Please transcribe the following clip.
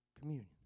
Communion